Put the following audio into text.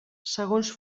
segons